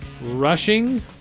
rushing